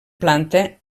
planta